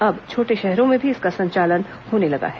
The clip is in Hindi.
अब छोटे शहरों में भी इसका संचालन होने लगा है